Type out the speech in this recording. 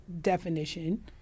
definition